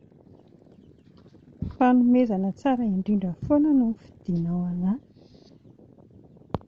Ny fanomezana tsara indrindra foana no novidianao ho anà